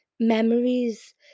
Memories